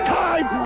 time